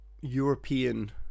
european